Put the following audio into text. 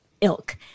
ilk